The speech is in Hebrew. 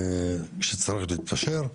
כאשר צריך להתפשר,